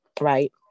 right